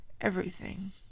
everything